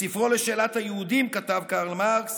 בספרו "לשאלת היהודים" כתב קרל מרקס